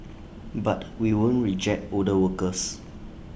but we won't reject older workers